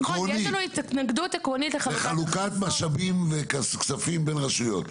יש לנו התנגדות עקרונית לחלוקה --- לחלוקת משאבים וכספים בין רשויות.